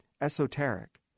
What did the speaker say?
esoteric